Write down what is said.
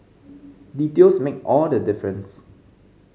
details make all the difference